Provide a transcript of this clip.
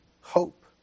hope